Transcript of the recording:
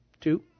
two